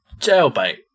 Jailbait